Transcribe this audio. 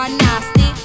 nasty